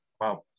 Wow